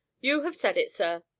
you have said it, sir,